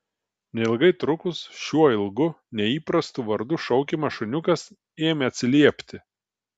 neilgai trukus šiuo ilgu neįprastu vardu šaukiamas šuniukas ėmė atsiliepti